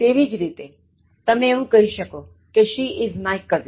તેવી જ રીતેતમે એવું કહી શકો કે she is my cousin